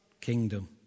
kingdom